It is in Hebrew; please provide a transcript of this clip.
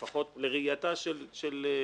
לפחות לראייתה של הכנסת,